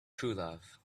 truelove